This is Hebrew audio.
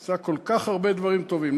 היא עושה כל כך הרבה דברים טובים.